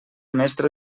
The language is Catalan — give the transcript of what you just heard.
mestre